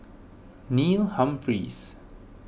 Neil Humphreys